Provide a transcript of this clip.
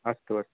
अस्तु अस्तु